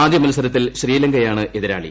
ആദ്യ മുത്സരത്തിൽ ശ്രീലങ്കയാണ് എതിരാളി